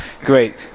Great